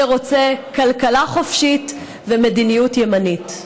שרוצה כלכלה חופשית ומדיניות ימנית.